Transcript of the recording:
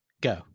Go